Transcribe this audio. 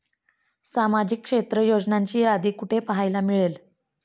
सामाजिक क्षेत्र योजनांची यादी कुठे पाहायला मिळेल?